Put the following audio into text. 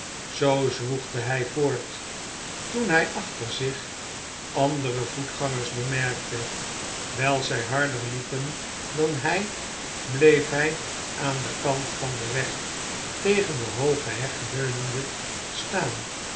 zoo zwoegde hij voort toen hij achter zich andere voetgangers bemerkte wjjl zg harder liepen dan hij bleef hy aan den kant van den weg tegen de hooge heg leunende staan